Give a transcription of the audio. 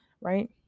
Right